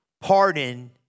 pardon